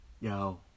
yo